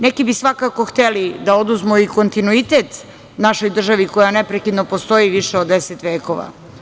Neki bi svakako hteli da oduzmu i kontinuitet našoj državi koja neprekidno postoji više od 10 vekova.